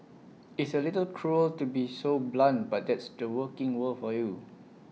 it's A little cruel to be so blunt but that's the working world for you